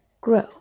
Grow